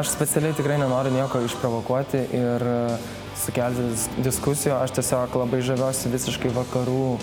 aš specialiai tikrai nenoriu nieko išprovokuoti ir sukelti dis diskusijų aš tiesiog labai žaviuosi visiškai vakarų